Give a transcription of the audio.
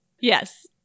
Yes